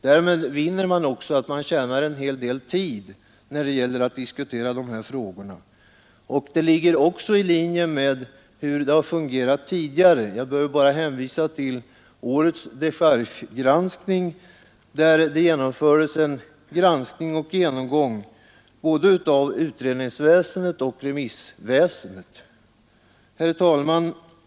Därmed vinner man också en hel del tid, när det gäller att diskutera de här frågorna, och det ligger också i linje med hur det har fungerat tidigare. Jag behöver bara hänvisa till årets dechargegranskning, där det gjordes en genomgång av både utredningsväsendet och remissväsendet. Herr talman!